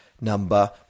Number